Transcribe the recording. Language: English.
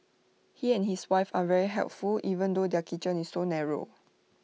he and his wife are very helpful even though their kitchen is so narrow